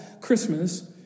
Christmas